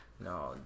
No